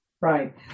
Right